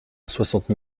soixante